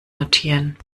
notieren